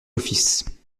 offices